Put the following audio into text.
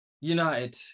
United